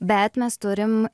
bet mes turim